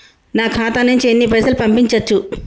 నా ఖాతా నుంచి ఎన్ని పైసలు పంపించచ్చు?